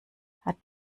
hat